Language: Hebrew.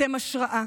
אתם השראה.